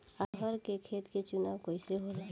अरहर के खेत के चुनाव कइसे होला?